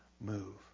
move